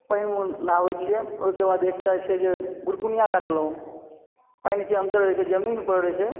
पानिमे नहाबए छियै ओहिके बाद एकटा छै जे गुरकुनिया काटलहुँ पानिके अन्दर होइत छै जमीन पर होइत छै